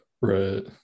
right